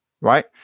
right